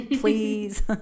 please